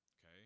okay